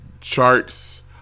charts